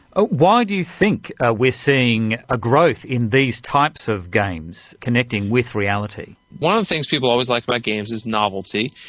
ah why do you think ah we're seeing a growth in these types of games, connecting with reality? one of the things people always like about games is novelty,